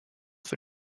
for